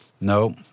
no